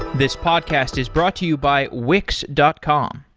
this podcast is brought to you by wix dot com.